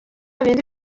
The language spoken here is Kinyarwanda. bindi